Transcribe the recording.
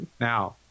now